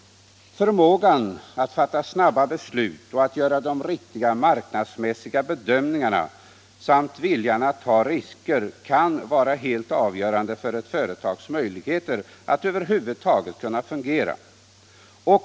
Förmågan att fatta snabba beslut, att göra de riktiga marknadsmässiga bedömningarna samt viljan att ta risker kan vara helt avgörande för eu företags möjligheter att över huvud taget fungera.